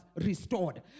restored